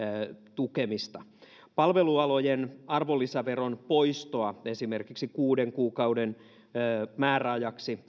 tukemista palvelualojen arvonlisäveron poistoa esimerkiksi kuuden kuukauden määräajaksi